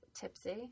Tipsy